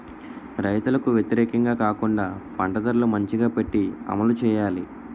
రైతులకు వ్యతిరేకంగా కాకుండా పంట ధరలు మంచిగా పెట్టి అమలు చేయాలి